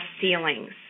ceilings